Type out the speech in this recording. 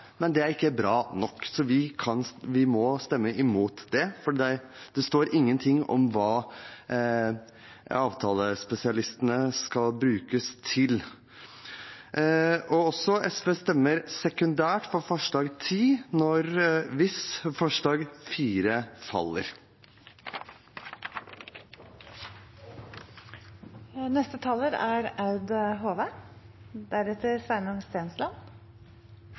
men det er ikke bra nok. Vi må stemme imot det, for det står ingenting om hva avtalespesialistene skal brukes til. I tillegg: SV stemmer sekundært for forslag nr. 10 hvis forslag nr. 4 faller. Noreg har dyktige fagfolk og gode sjukehus i dag, men kva er